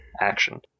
action